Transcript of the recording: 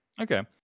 Okay